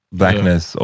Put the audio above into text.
blackness